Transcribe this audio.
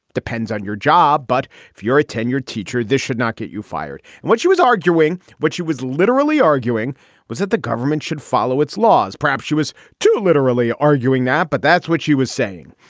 depends on your job. but if you're a tenured teacher, this should not get you fired. and what she was arguing, what she was literally arguing was that the government should follow its laws. perhaps she was too literally arguing that. but that's what she was saying.